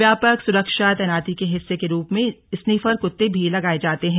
व्यापक सुरक्षा तैनाती के हिस्से के रूप में स्नीफर कुत्ते भी लगाये गये हैं